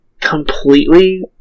completely